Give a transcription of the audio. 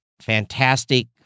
fantastic